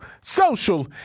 social